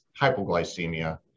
hypoglycemia